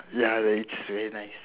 ya it's very nice